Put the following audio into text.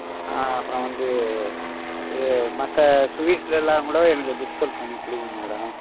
ஆ அப்புறம் வந்து மற்ற ஸ்வீட்டில் எல்லாம் கூட எனக்கு டிஸ்கவுண்ட் பண்ணி கொடுங்க மேடம்